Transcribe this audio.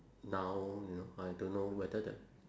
now you know I don't know whether the